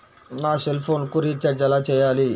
నా సెల్ఫోన్కు రీచార్జ్ ఎలా చేయాలి?